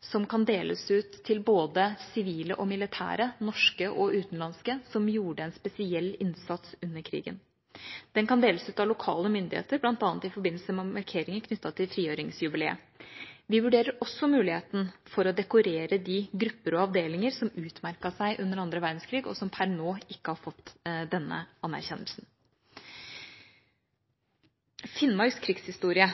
som kan deles ut til både sivile og militære, norske og utenlandske, som gjorde en spesiell innsats under krigen. Den kan deles ut av lokale myndigheter, bl.a. i forbindelse med markeringer knyttet til frigjøringsjubileet. Vi vurderer også muligheten for å dekorere de grupper og avdelinger som utmerket seg under 2. verdenskrig, og som per nå ikke har fått denne anerkjennelsen. Finnmarks krigshistorie